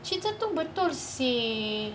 she betul-betul seh